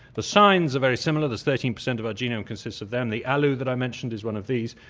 the sines are very similar, there's thirteen percent of our genomes consist of them. the alu that i mentioned is one of these.